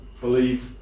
believe